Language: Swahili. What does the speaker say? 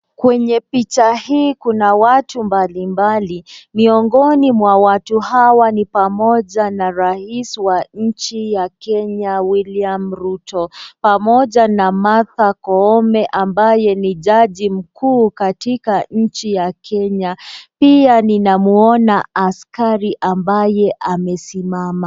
Kwenye picha hii kuna watu mbalimbali. Miongoni mwa watu hawa ni pamoja na rais wa nchi ya Kenya Wiliam Ruto pamoja na Martha Koome ambaye ni jaji mkuu katika nchi ya Kenya. Pia ninamuona askari ambaye amesimama.